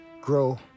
grow